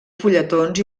fulletons